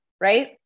right